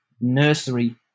nursery